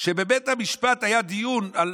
שבבית המשפט היה דיון על